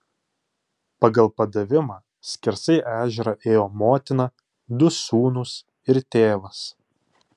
pagal padavimą skersai ežerą ėjo motina du sūnūs ir tėvas